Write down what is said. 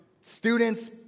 students